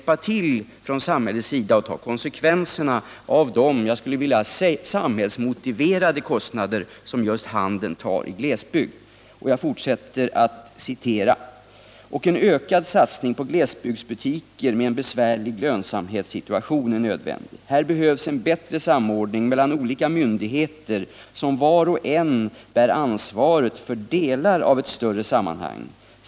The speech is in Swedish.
Samhället måste samtidigt hjälpa till och ta konsekvenserna av de: kostnader som glesbygdshandeln här tar på sig och som jag skulle vilja kalla samhällsmotiverade. Jag fortsätter citatet ur Fri Köpenskap: ”Här behövs en bättre samordning mellan olika myndigheter, som var och en bär ansvaret för delar av ett större sammanhang.